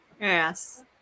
Yes